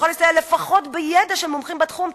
ומבקש שלפחות יסייע בידע של מומחים בתחום.